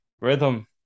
rhythm